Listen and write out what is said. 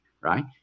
right